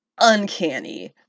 Uncanny